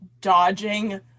dodging